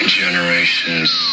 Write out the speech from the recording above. generations